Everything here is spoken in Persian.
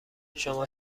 شما